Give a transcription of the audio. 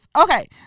okay